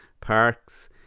Parks